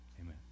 amen